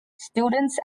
students